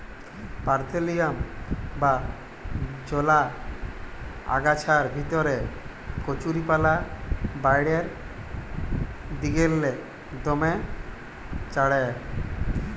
parthenium বা জলা আগাছার ভিতরে কচুরিপানা বাঢ়্যের দিগেল্লে দমে চাঁড়ের